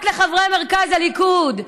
רק לחברי מרכז הליכוד,